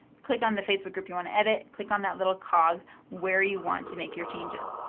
click on the facebook group you want to edit. click on that little cog where you want to make your changes.